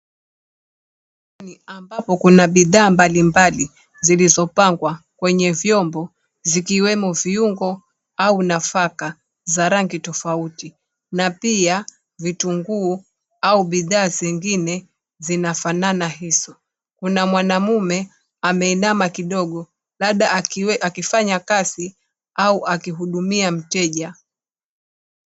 Sokoni ambapo kuna bidhaa mbalimbali zilizopangwa kwenye vyombo zikiwemo viuongo au nafaka za rangi tofauti na pia vitungu au bidhaa zingine zinafanana hizo. Kuna mwanaume amesimama kidogo labda akifanya kazi au akihudumia mteja.